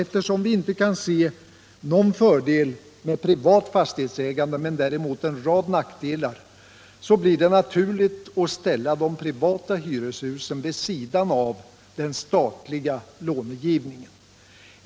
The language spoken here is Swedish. Eftersom vi inte kan se någon fördel med privat fastighetsägande men däremot en rad nackdelar blir det naturligt att ställa de privata hyreshusen vid sidan av den statliga långivningen.